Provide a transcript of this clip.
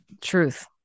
Truth